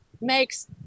makes